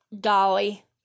Dolly